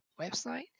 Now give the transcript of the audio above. website